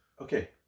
Okay